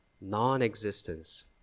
non-existence